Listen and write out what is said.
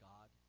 God